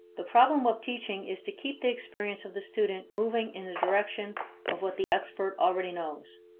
the problem of teaching is to keep the experience of the student moving in the direction of what the expert already knows.